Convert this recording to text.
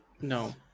no